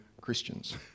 Christians